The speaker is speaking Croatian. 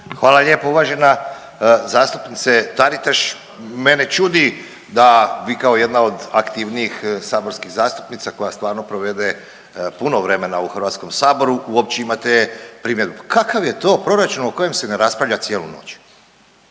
Hvala lijepo. Uvažena zastupnice Taritaš mene čudi da vi kao jedna od aktivnijih saborskih zastupnica koja stvarno provede puno vremena u HS-u uopće imate primjedbu. Kakav je to proračun o kojem se ne raspravlja cijelu noć?